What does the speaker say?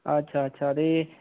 अच्छा अच्छा ते